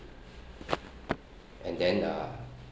and then uh